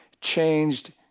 changed